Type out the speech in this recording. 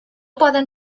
poden